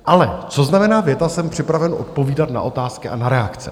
Ale co znamená věta, jsem připraven odpovídat na otázky a na reakce?